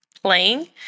playing